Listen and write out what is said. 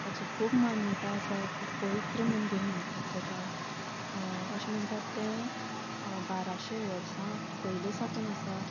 ताची खूब मान्यताय आसा खूब पवित्र मंदीर म्हणटात तेका अशें म्हणटात तें बाराशें वर्सां पयली साकून आसा